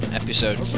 episode